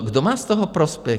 Kdo má z toho prospěch?